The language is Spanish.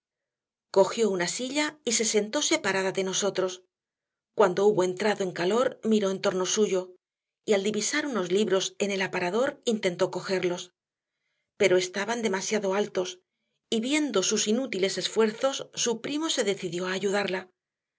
cogió una silla y se sentó separada de nosotros cuando hubo entrado en calor miró en torno suyo y al divisar unos libros en el aparador intentó cogerlos pero estaban demasiado altos y viendo sus inútiles esfuerzos su primo se decidió a ayudarla